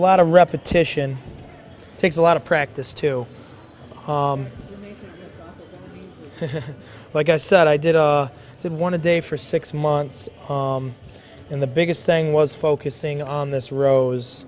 lot of repetition takes a lot of practice too like i said i did a good one a day for six months and the biggest thing was focusing on this rose